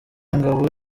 ngabo